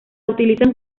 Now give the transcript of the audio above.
utilizan